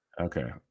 Okay